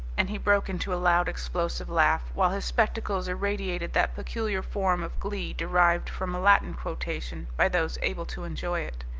and he broke into a loud, explosive laugh, while his spectacles irradiated that peculiar form of glee derived from a latin quotation by those able to enjoy it.